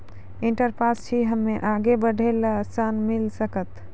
Inter pass छी हम्मे आगे पढ़े ला ऋण मिल सकत?